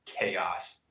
chaos